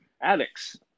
addicts